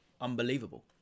unbelievable